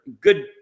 good